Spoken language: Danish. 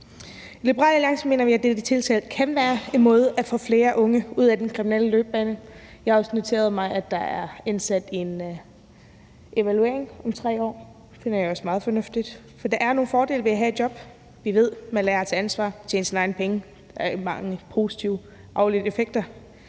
I Liberal Alliance mener vi, at dette tiltag kan være en måde til at få flere ud af den kriminelle løbebane. Jeg har også noteret mig, at der er indsat en evaluering om 3 år. Det finder jeg også meget fornuftigt. Der er nogle fordele ved at have job. Vi ved, man lærer at tage ansvar og tjene sine egne penge. Der er mange positive afledte effekter